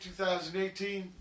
2018